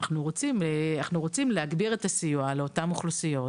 אנחנו רוצים להגביר את הסיוע לאותן אוכלוסיות.